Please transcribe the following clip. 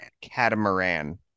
catamaran